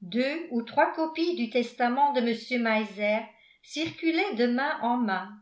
deux ou trois copies du testament de mr meiser circulaient de main en main